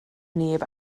neb